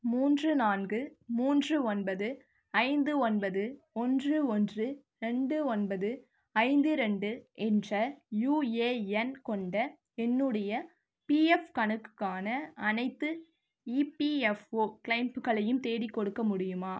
மூன்று நான்கு மூன்று ஒன்பது ஐந்து ஒன்பது ஒன்று ஒன்று ரெண்டு ஒன்பது ஐந்து ரெண்டு என்ற யூஏஎன் கொண்ட என்னுடைய பிஎஃப் கணக்குக்கான அனைத்து இபிஎஃப்ஓ க்ளெய்ம்களையும் தேடிக்கொடுக்க முடியுமா